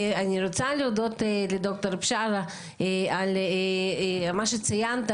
אני רוצה להודות לדוקטור בשארה על מה שציינת